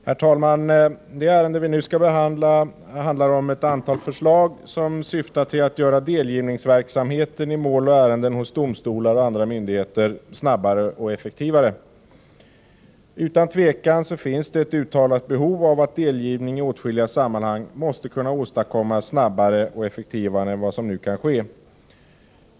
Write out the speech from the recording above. Herr talman! Det ärende vi nu skall debattera handlar om ett antal förslag som syftar till att göra delgivningsverksamheten i mål och ärenden hos domstolar och andra myndigheter snabbare och effektivare. Utan tvivel finns det i åtskilliga sammanhang ett behov av att delgivningen kan åstadkommas snabbare och effektivare än vad som nu kan ske.